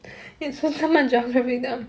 geography